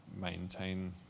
maintain